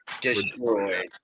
Destroyed